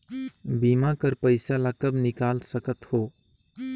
बीमा कर पइसा ला कब निकाल सकत हो?